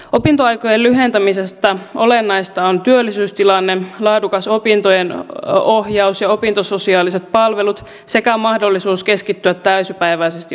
opintoaikojen lyhentämisessä olennaista on työllisyystilanne laadukas opintojen ohjaus ja opintososiaaliset palvelut sekä mahdollisuus keskittyä täysipäiväisesti opiskeluun